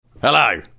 Hello